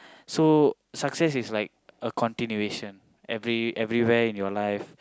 so success is like a continuation every everywhere in your life